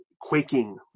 quaking